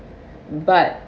but